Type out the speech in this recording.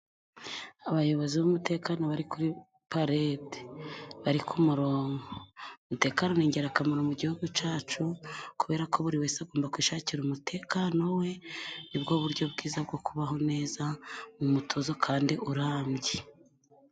Abayobozi b'umutekano bari kuri paledi. Bari ku murongo. Ni ingirakamaro mu Gihugu cyacu kubera ko buri wese agomba kwishakira umutekano we, ni bwo buryo bwiza bwo kubaho neza mu mutuzo kandi urambye.